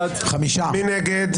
מי נגד?